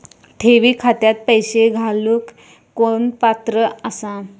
ठेवी खात्यात पैसे घालूक कोण पात्र आसा?